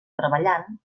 treballant